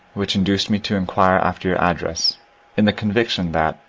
which induced me to inquire after your address in the conviction that,